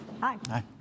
Hi